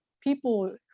people